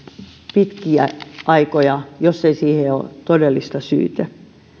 pitkiä aikoja jos ei siihen ole todellista syytä